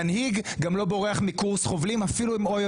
מנהיג גם לא בורח מקורס חובלים אפילו אם אוי,